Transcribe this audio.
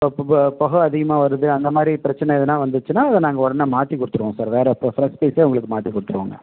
பொ புக அதிகமாக வருது அந்தமாதிரி பிரச்சனை எதுனால் வந்துச்சின்னால் அதை நாங்கள் உடனே மாற்றிக் கொடுத்துருவோம் சார் வேற இப்போ ஃப்ரஷ் பீஸே உங்களுக்கு மாற்றிக் கொடுத்துருவோங்க